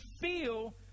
feel